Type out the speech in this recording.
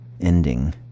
ending